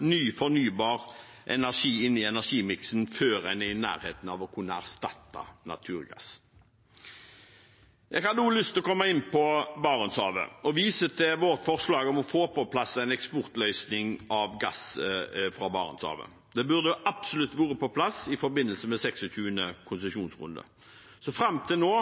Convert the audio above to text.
ny fornybar energi inn i energimiksen før en er i nærheten av å kunne erstatte naturgass. Jeg hadde også lyst til å komme inn på Barentshavet, og viser til vårt forslag om å få på plass en eksportløsning av gass fra Barentshavet. Det burde absolutt vært på plass i forbindelse med 26. konsesjonsrunde. Fram til nå